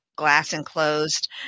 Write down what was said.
glass-enclosed